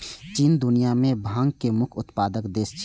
चीन दुनिया मे भांग के मुख्य उत्पादक देश छियै